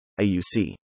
AUC